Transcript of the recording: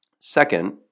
Second